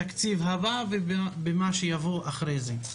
בתקציב הבא ובמה שיבוא אחרי זה.